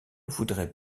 voudrais